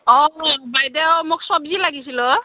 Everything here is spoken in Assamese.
অঁ বাইদেউ মোক চব্জি লাগিছিল অঁ